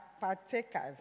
partakers